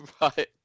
Right